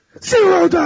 zero